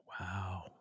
Wow